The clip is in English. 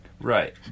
Right